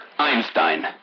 Einstein